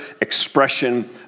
expression